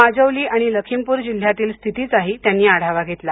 माजौली आणि लखिमपूर जिल्ह्यातील स्थितीचाही त्यांनी आढावा घेतला